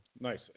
Nice